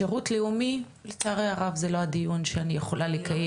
שירות לאומי לצערי הרב זה לא הדיון שאני יכולה לקיים.